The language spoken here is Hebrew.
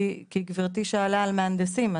כי גברתי שאלה על מהנדסים.